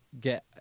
get